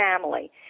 family